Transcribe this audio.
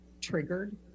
triggered